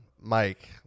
Mike